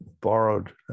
borrowed